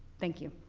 thank you.